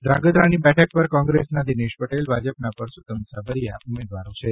ધ્રાંગધ્રાની બેઠક પર કોંગ્રેસના દિનેશ પટેલ ભાજપના પરસોત્તમ સાબરીયા ઉમેદવારો છે